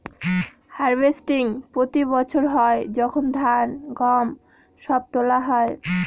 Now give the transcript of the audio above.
harvesting প্রতি বছর হয় যখন ধান, গম সব তোলা হয়